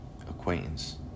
acquaintance